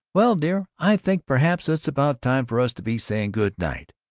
well, dear, i think per-haps it's about time for us to be saying good-night.